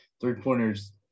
three-pointers